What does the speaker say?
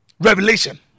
revelation